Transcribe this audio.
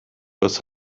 was